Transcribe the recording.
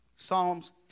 Psalms